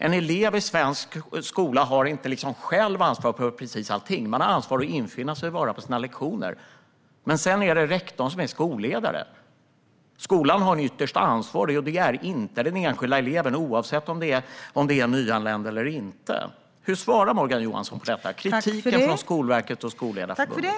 En elev i svensk skola har inte själv ansvar för precis allting. Eleven har ansvar för att infinna sig på sina lektioner, men sedan är det rektor som är skolledare. Skolan har det yttersta ansvaret, inte den enskilda eleven, oavsett om det är en nyanländ eller inte. Hur svarar Morgan Johansson på kritiken från Skolverket och Sveriges Skolledarförbund?